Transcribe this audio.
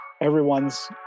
everyone's